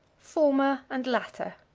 former and latter.